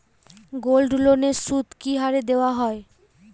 গোল্ডলোনের সুদ কি হারে দেওয়া হয়?